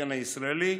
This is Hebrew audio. לתקן הישראלי,